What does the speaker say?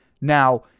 Now